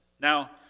Now